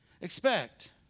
expect